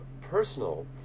personal